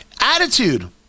Attitude